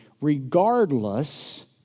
regardless